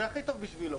זה הכי טוב בשבילו.